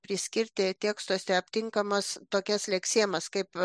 priskirti tekstuose aptinkamas tokias leksemas kaip